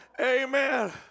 Amen